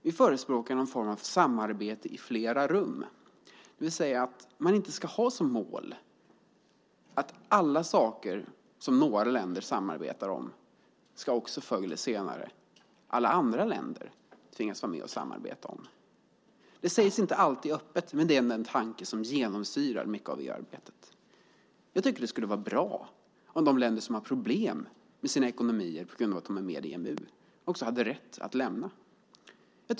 Vi förespråkar någon form av samarbete i flera rum, det vill säga att man inte ska ha som mål att allt som några länder samarbetar om ska förr eller senare alla andra länder tvingas vara med och samarbeta om. Det sägs inte alltid öppet, men det är ändå en tanke som genomsyrar mycket av det arbetet. Jag tycker att det skulle vara bra om de länder som har problem med sina ekonomier på grund av att de är med i EMU hade rätt att lämna EMU.